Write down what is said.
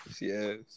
Yes